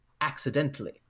accidentally